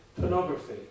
Pornography